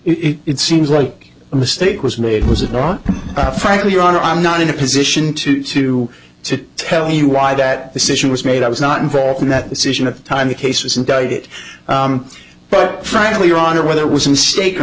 but it seems like a mistake was made was it not frankly your honor i'm not in a position to to to tell you why that decision was made i was not involved in that decision at the time the case was indicted but frankly your honor whether it was in stake or